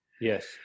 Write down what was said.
Yes